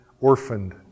orphaned